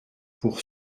pour